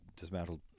dismantled